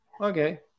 okay